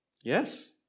Yes